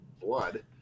blood